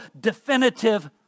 definitive